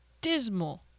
dismal